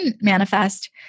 manifest